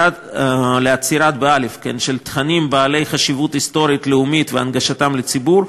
לאצירה של תכנים בעלי חשיבות היסטורית לאומית והנגשתם לציבור,